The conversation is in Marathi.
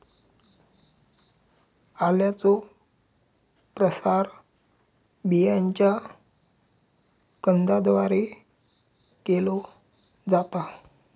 आल्याचो प्रसार बियांच्या कंदाद्वारे केलो जाता